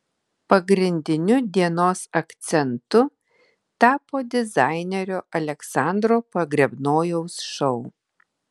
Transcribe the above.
pagrindiniu dienos akcentu tapo dizainerio aleksandro pogrebnojaus šou